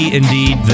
indeed